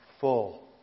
full